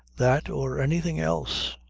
that or anything else.